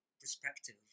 perspective